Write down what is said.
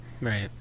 Right